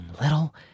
little